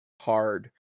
hard